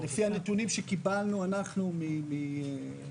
לפי הנתונים שקיבלנו ממרכז